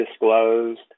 disclosed